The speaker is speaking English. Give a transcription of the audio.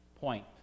point